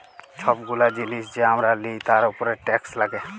ছব গুলা জিলিস যে আমরা লিই তার উপরে টেকস লাগ্যে